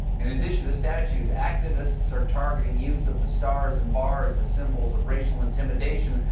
in addition to statues, activists are targeting use of the stars and bars as symbol of racial intimidation,